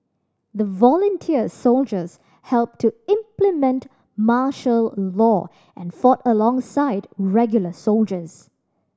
the volunteer soldiers helped to implement martial law and fought alongside regular soldiers